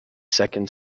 second